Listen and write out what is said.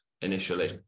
initially